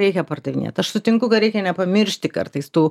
reikia pardavinėt aš sutinku kad reikia nepamiršti kartais tų